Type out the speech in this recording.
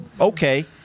okay